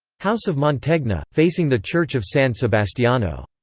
house of mantegna, facing the church of san sebastiano.